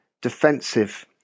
defensive